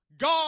God